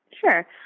Sure